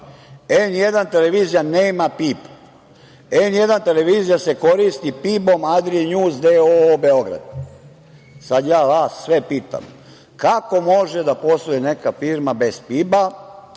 Televizija N1 nema PIB, N1 televizija se koristi PIB-om Adrija Njuz d.o.o. Beograd. Sad ja vas sve pitam, kako može da postoji neka firma bez PIB-a,